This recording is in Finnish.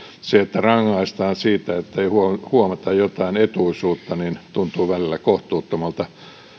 se että rangaistaan siitä ettei huomata huomata jotain etuisuutta tuntuu välillä kohtuuttomalta